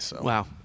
Wow